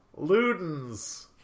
Ludens